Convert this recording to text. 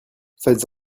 faites